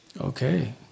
Okay